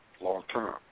long-term